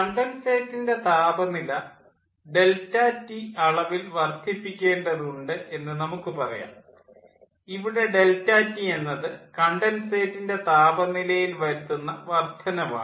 കണ്ടൻസേറ്റിൻ്റെ താപനില ∆T അളവിൽ വർദ്ധിപ്പിക്കേണ്ടതുണ്ട് എന്ന് നമുക്ക് പറയാം ഇവിടെ ∆T എന്നത് കണ്ടൻസേറ്റിൻ്റെ താപനിലയിൽ വരുത്തുന്ന വർദ്ധനവാണ്